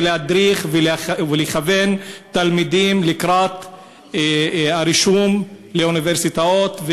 להדריך ולכוון תלמידים לקראת הרישום לאוניברסיטאות,